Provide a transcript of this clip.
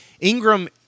Ingram